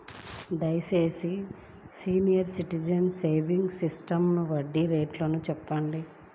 దయచేసి senior citizens savings scheme వడ్డీ rate చెప్పండి